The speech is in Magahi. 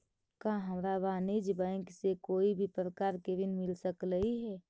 का हमरा वाणिज्य बैंक से कोई भी प्रकार के ऋण मिल सकलई हे?